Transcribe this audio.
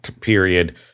period